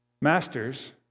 Masters